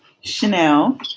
Chanel